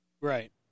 Right